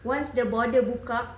once the border buka